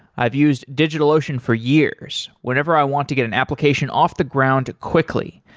i've used digitalocean for years whenever i want to get an application off the ground quickly,